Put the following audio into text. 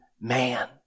man